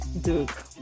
Duke